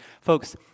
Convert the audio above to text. Folks